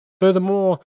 Furthermore